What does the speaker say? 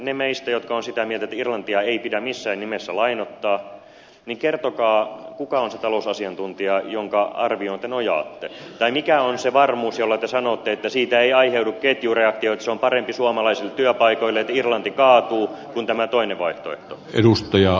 ne meistä jotka ovat sitä mieltä että irlantia ei pidä missään nimessä lainoittaa kertokaa kuka on se talousasiantuntija jonka arvioon te nojaatte tai mikä on se varmuus jolla te sanotte että siitä ei aiheudu ketjureaktio että se on parempi suomalaisille työpaikoille että irlanti kaatuu kuin tämä toinen vaihtoehto